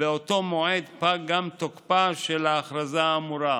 באותו מועד פג גם תוקפה של ההכרזה האמורה.